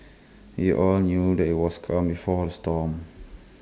we all knew that IT was calm before the storm